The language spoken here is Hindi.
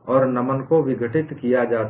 किया जाता है